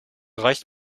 reicht